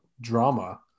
drama